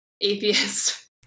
atheist